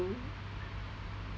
do